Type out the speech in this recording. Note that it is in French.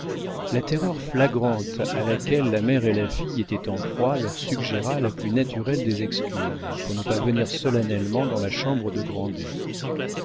la terreur flagrante à laquelle la mère et la fille étaient en proie leur suggéra la plus naturelle des excuses pour ne pas venir solennellement dans la chambre de